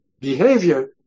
behavior